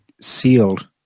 sealed